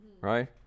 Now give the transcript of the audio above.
right